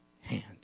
hand